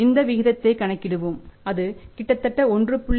நாம் விகிதத்தை கணக்கிடுவோம் அது கிட்டத்தட்ட 1